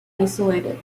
isolated